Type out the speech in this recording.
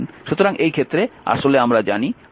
সুতরাং এই ক্ষেত্রে আসলে আমরা জানি i G v